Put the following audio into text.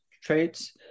traits